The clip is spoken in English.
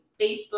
Facebook